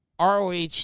ROH